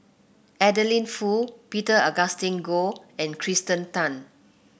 Adeline Foo Peter Augustine Goh and Kirsten Tan